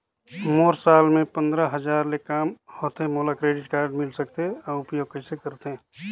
मोर साल मे पंद्रह हजार ले काम होथे मोला क्रेडिट कारड मिल सकथे? अउ उपयोग कइसे करथे?